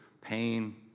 pain